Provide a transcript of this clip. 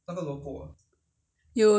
ya that's why it's not so nice